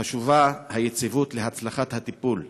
חשובה היציבות להצלחת הטיפול,